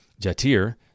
Jatir